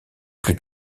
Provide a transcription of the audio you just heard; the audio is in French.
plus